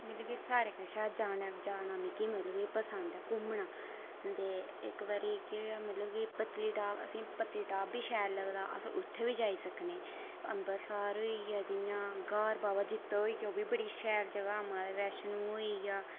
मिगी मतलब सारें कोला जादै पसंद ऐ घुम्मना ते इक्क बारी मतलब केह् होआ कि असेंगी पत्तनीटाप बी शैल लगदा ते अस उत्थै बी जाई सकने आं अंबरसर होइया जियां ग्हार बावा जित्तो होइया ओह्बी बड़ी शैल जगह माता वैष्णो देवी होइया